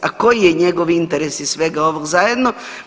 A koji je njegov interes iz svega ovog zajedno?